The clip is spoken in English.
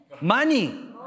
Money